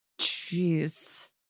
Jeez